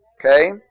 Okay